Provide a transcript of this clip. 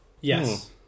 Yes